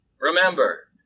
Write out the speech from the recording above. Remember